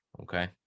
Okay